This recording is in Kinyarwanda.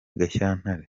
gashyantare